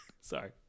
Sorry